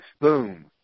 boom